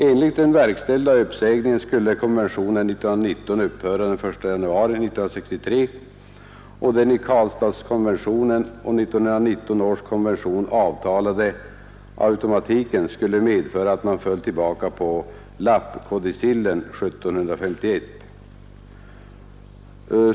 Enligt den verkställda uppsägningen skulle konventionen av år 1919 upphöra den 1 januari 1963, och den i Karlstadskonventionen och 1919 års konvention avtalade automatiken skulle medföra att man föll tillbaka på lappkodicillen av år 1751.